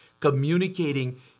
communicating